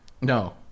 No